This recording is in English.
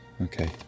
Okay